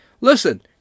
listen